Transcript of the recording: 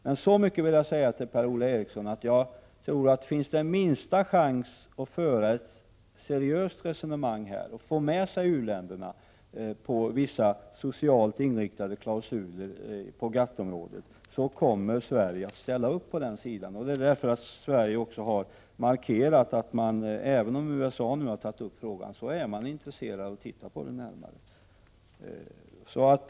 Men så mycket kan jag säga till Per-Ola Eriksson att jag tror att Sverige, så snart det finns den minsta lilla chans att föra ett seriöst resonemang i detta avseende och få med sig u-länderna beträffande vissa socialt inriktade klausuler på GATT-området, kommer att ställa upp. Det är också därför som man från svensk sida har markerat att man, även om USA har tagit upp frågan, är intresserad av att titta på detta närmare.